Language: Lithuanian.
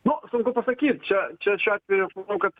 nu sunku pasakyt čia čia šiuo atveju aš manau kad